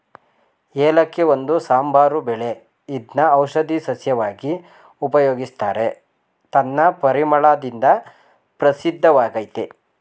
ಏಲಕ್ಕಿ ಒಂದು ಸಾಂಬಾರು ಬೆಳೆ ಇದ್ನ ಔಷಧೀ ಸಸ್ಯವಾಗಿ ಉಪಯೋಗಿಸ್ತಾರೆ ತನ್ನ ಪರಿಮಳದಿಂದ ಪ್ರಸಿದ್ಧವಾಗಯ್ತೆ